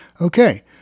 Okay